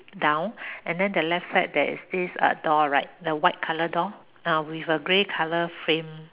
down and then the left side there is uh this door right the white color door uh with a grey color frame